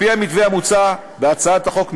על-פי המתווה המוצע בהצעת החוק,